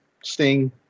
Sting